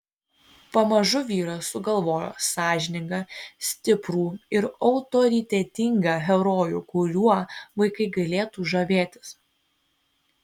pamažu vyras sugalvojo sąžiningą stiprų ir autoritetingą herojų kuriuo vaikai galėtų žavėtis